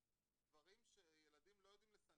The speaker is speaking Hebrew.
דברים שילדים לא יודעים לסנן.